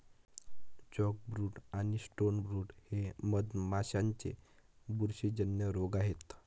chalkbrood आणि stonebrood हे मधमाशांचे बुरशीजन्य रोग आहेत